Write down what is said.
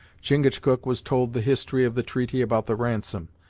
chingachgook was told the history of the treaty about the ransom,